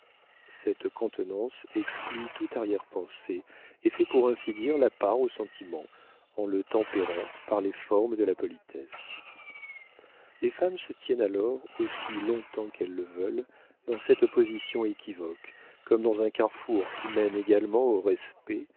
cette contenance exclut toute arrière-pensée et fait pour ainsi dire la part au sentiment en le tempérant par les formes de la politesse les femmes se tiennent alors aussi longtemps qu'elles le veulent dans cette position équivoque comme dans un carrefour qui mène également au respect